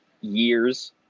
years